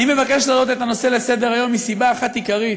אני מבקש להעלות את הנושא על סדר-היום מסיבה אחת עיקרית: